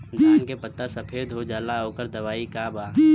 धान के पत्ता सफेद हो जाला ओकर दवाई का बा?